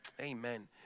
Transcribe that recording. Amen